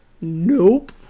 Nope